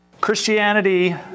Christianity